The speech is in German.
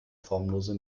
formlose